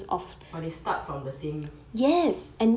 but they start from the same